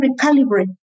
recalibrate